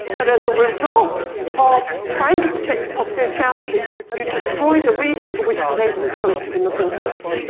but as a result of trying to protect the confidentiality, you destroy the reason for which the data was collected in the first place.